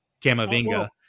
Camavinga